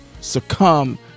Succumb